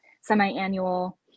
semi-annual